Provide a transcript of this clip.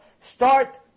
start